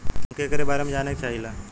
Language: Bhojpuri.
हम एकरे बारे मे जाने चाहीला?